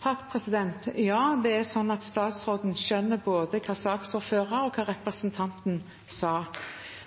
Ja, statsråden skjønner både hva saksordføreren sa, og hva representanten sa.